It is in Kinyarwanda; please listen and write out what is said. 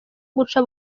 guca